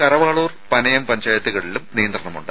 കരവാളൂർ പനയം പഞ്ചായത്തുകളിലും നിയന്ത്രണമുണ്ട്